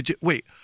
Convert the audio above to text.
Wait